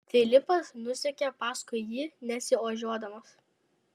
filipas nusekė paskui jį nesiožiuodamas